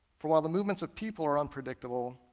for while the movements of people are unpredictable,